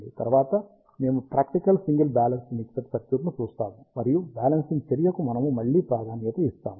తరువాత మేము practical single balanced mixer సర్క్యూట్ను చూస్తాము మరియు బ్యాలెన్సింగ్ చర్యకు మనము మళ్ళీ ప్రాధాన్యత ఇస్తాము